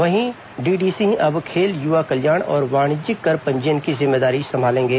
वहीं डीडी सिंह अब खेल युवा कल्याण और वाणिज्यिक कर पंजीयन की जिम्मेदारी संभालेंगे